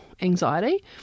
anxiety